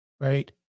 right